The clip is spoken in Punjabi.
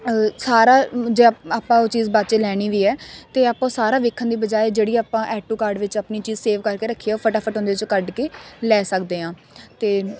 ਸਾਰਾ ਜੇ ਆ ਆਪਾਂ ਉਹ ਚੀਜ਼ ਬਾਅਦ 'ਚ ਲੈਣੀ ਵੀ ਹੈ ਅਤੇ ਆਪਾਂ ਸਾਰਾ ਵੇਖਣ ਦੀ ਬਜਾਏ ਜਿਹੜੀ ਆਪਾਂ ਐਡ ਟੂ ਕਾਰਟ ਵਿੱਚ ਆਪਣੀ ਚੀਜ਼ ਸੇਵ ਕਰਕੇ ਰੱਖੀ ਆ ਫਟਾਫਟ ਉਹਦੇ ਚੋਂ ਕੱਢ ਕੇ ਲੈ ਸਕਦੇ ਹਾਂ ਅਤੇ